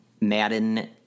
Madden